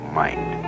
mind